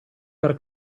per